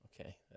Okay